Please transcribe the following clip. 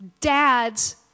dads